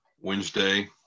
Wednesday